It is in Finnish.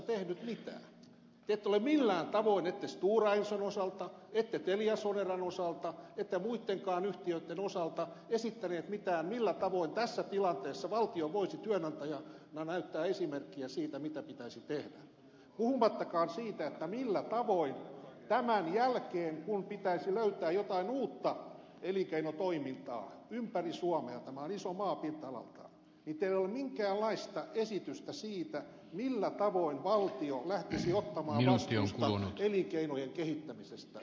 te ette ole ette stora enson osalta ette teliasoneran osalta ette muittenkaan yhtiöitten osalta esittäneet mitään millä tavoin tässä tilanteessa valtio voisi työnantajana näyttää esimerkkiä siitä mitä pitäisi tehdä puhumattakaan siitä että kun pitäisi löytää jotain uutta elinkeinotoimintaa ympäri suomea tämä on iso maa pinta alaltaan niin teillä ei ole minkäänlaista esitystä siitä millä tavoin valtio lähtisi ottamaan vastuuta elinkeinojen kehittämisestä